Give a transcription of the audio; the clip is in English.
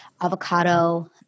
avocado